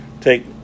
take